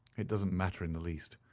it doesn't matter in the least.